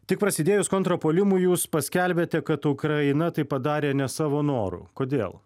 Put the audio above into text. tik prasidėjus kontrpuolimui jūs paskelbėte kad ukraina tai padarė ne savo noru kodėl